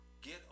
get